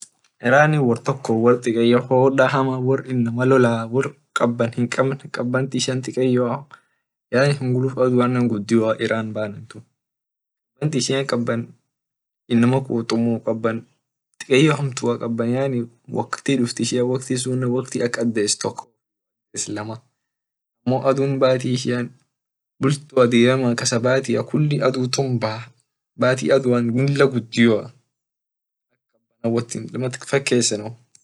Irani wor tok dikeyoa wor hoda wor lola iyo hunguluf aduane gudio iran kaban ishian kaban inama kutumuu kaban dikeyo hamtua kaban wokti duft ak ades toko ama lama amo adun wo diram kas bat bati aduan lila gudioa won wot fakesenimu.